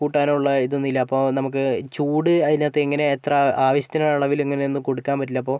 കൂട്ടാനോ ഉള്ള ഇതൊന്നും ഇല്ല അപ്പോൾ നമുക്ക് ചൂട് അതിനകത്ത് എങ്ങിനെ എത്ര ആവശ്യത്തിന് അളവിൽ എങ്ങിനെയെന്നും കൊടുക്കാൻ പറ്റില്ല അപ്പോൾ